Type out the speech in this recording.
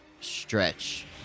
stretch